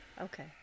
Okay